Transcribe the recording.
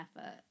effort